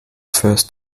first